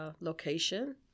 location